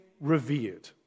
revered